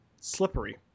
slippery